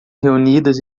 reunidas